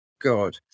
God